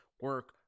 Work